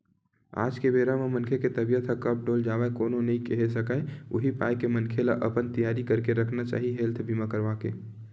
आज के बेरा म मनखे के तबीयत ह कब डोल जावय कोनो नइ केहे सकय उही पाय के मनखे ल अपन तियारी करके रखना चाही हेल्थ बीमा करवाके